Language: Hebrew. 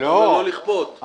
לא לכפות.